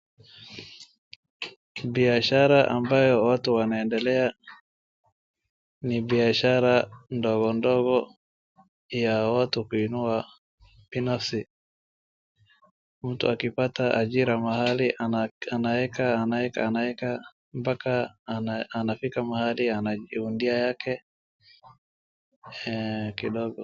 Biashara ambayo watu wanaendelea ni biashara ndogo ndogo ya watu kuinua binafsi. Mtu akipata ajira mahali anaeka anaeka anaeka mpaka anafika mahali anajiundia yake kidogo